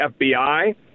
FBI